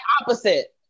opposite